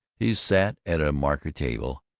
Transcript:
he sat at a marquetry table,